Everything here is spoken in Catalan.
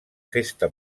festa